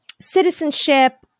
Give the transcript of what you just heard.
citizenship